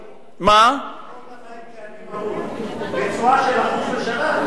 יגמור את החיים שלו כעני מרוד בתשואה של 1% לשנה,